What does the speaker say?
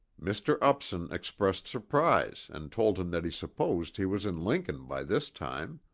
mr. upson expressed surprise and told him that he supposed he was in lincoln by this time.